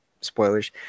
spoilers